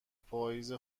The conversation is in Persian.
پاییز